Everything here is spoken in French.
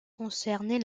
concernaient